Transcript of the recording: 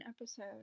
episode